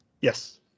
Yes